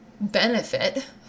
benefit